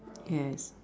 yes